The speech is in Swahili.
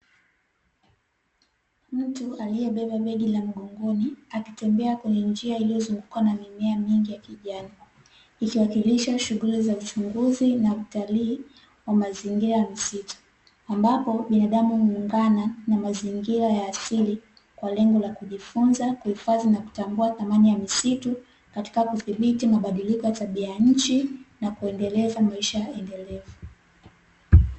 Mtu aliyebeba begi la mgongoni, akitembea kwenye njia iliyozungukwa na mimea mingi ya kijani, ikiwakilisha shughuli za uchunguzi na utalii wa mazingira ya msitu, ambapo binadamu huungana na mazingira ya asili kwa lengo la kijifunza, kuhifadhi na kutambua thamani ya misitu katika kuthibiti mabadiliko ya tabia ya nchi na kuendeleza maisha endelevu.